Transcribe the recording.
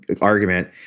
argument